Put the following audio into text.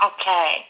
Okay